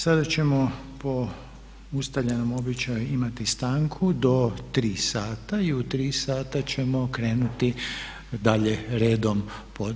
Sada ćemo po ustaljenom običaju imati stanku do 3 sati i u 3 sata ćemo krenuti dalje redom.